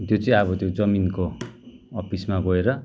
त्यो चाहिँ अब जमिनको अफिसमा गएर